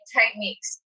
techniques